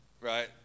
right